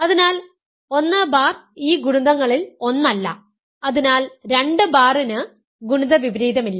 അതിനാൽ 1 ബാർ ഈ ഗുണിതങ്ങളിൽ ഒന്നല്ല അതിനാൽ 2 ബാറിന് ഗുണിത വിപരീതമില്ല